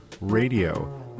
RADIO